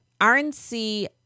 RNC